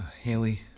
Haley